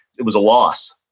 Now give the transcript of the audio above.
it was a loss.